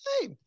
Hey